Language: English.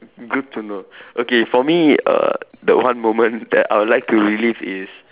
good to know okay for me err the one moment that I would like to relive is